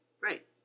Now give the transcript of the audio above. Right